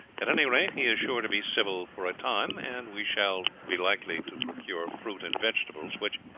at any rate, he is sure to be civil for a time, and we shall be likely to procure fruit and vegetables, which,